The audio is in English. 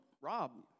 Rob